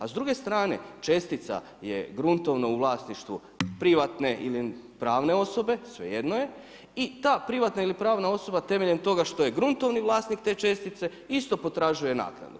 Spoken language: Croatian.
A s druge strane čestica je gruntovno u vlasništvu privatne ili pravne osobe, svejedno je, i ta privatna ili pravna osoba temeljem toga što je gruntovni vlasnik te čestice isto potražuje naknadu.